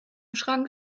schrank